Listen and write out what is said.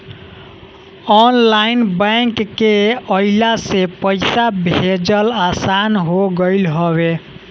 online bank के अइला से पईसा भेजल आसान हो गईल हवे